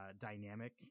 dynamic